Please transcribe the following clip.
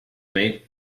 mate